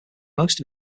most